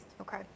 Okay